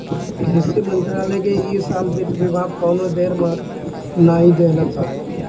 कृषि मंत्रालय के इ साल वित्त विभाग कवनो ढेर महत्व नाइ देहलस हवे